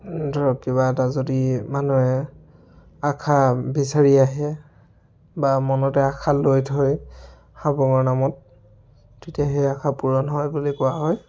ধৰক কিবা এটা যদি মানুহে আশা বিচাৰি আহে বা মনতে আশা লৈ থয় হাবুঙৰ নামত তেতিয়া সেই আশা পূৰণ হয় বুলি কোৱা হয়